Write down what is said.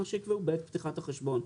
מה שיקבעו בעת פתיחת החשבון.